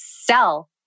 sell